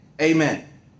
Amen